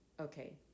okay